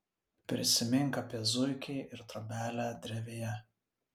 prisimink apie zuikį ir trobelę drevėje